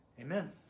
amen